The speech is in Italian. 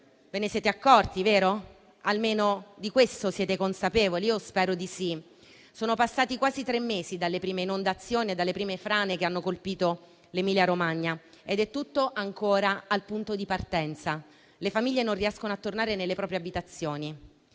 Ve ne siete accorti, vero? Almeno di questo siete consapevoli? Spero di sì. Sono passati quasi tre mesi dalle prime inondazioni e dalle prime frane che hanno colpito l'Emilia-Romagna ed è tutto ancora al punto di partenza. Le famiglie non riescono a tornare nelle proprie abitazioni,